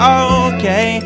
okay